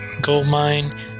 Goldmine